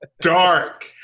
dark